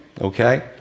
okay